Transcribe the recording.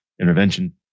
intervention